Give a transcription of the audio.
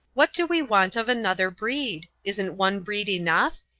what do we want of another breed? isn't one breed enough?